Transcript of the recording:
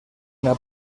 una